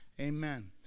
amen